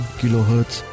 kilohertz